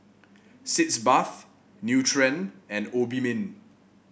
Sitz Bath Nutren and Obimin